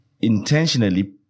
intentionally